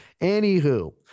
anywho